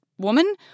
woman